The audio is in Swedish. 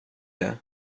det